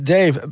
Dave